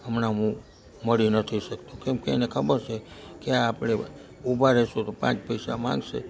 હમણાં હું મળી નથી શકતો કેમકે એને ખબર છે કે આપણે ઊભા રહીશું તો પાંચ પૈસા માંગશે